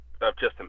Justin